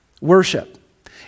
worship